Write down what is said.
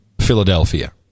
Philadelphia